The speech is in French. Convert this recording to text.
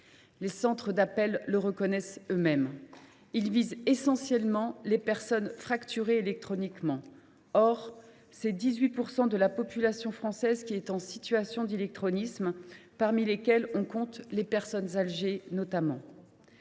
Les centres d’appels le reconnaissent eux mêmes : ils visent essentiellement les personnes fracturées électroniquement. Or c’est 18 % de la population française qui est en situation d’illectronisme, les personnes âgées étant